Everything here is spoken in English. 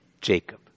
Jacob